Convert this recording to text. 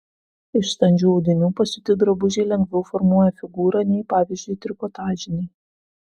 iš standžių audinių pasiūti drabužiai lengviau formuoja figūrą nei pavyzdžiui trikotažiniai